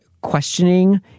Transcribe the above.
questioning